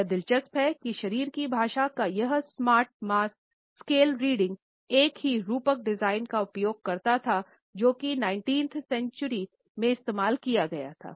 यह दिलचस्प है कि शरीर की भाषा का यह स्मार्ट मास स्केल रीडिंग एक ही रूपक डिज़ाइन का उपयोग करता है जिसको 19 वीं सदी में इस्तेमाल किया गया था